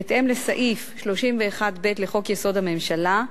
בהתאם לסעיף 31(ב) לחוק-יסוד: הממשלה,